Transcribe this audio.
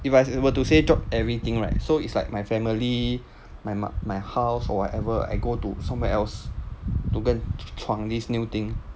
if I were to say drop everything right so it's like my family my my house or whatever I go to somewhere else to go and 闯 this new thing